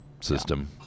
system